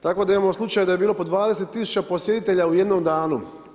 Tako da imamo slučaj da je bilo po 20000 posjetitelja u jednom danu.